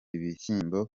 bishyimbo